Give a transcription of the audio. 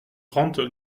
trente